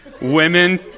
women